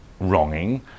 wronging